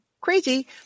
crazy